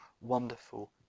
wonderful